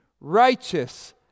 Righteous